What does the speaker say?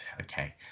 Okay